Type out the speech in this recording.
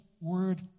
word